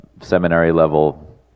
seminary-level